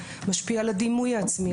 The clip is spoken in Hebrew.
משפיע על הדימוי העצמי,